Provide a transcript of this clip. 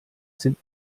sind